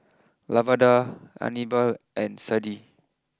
Lavada Anibal and Sadie